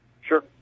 Sure